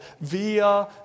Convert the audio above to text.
via